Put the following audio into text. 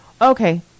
Okay